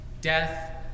death